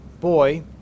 boy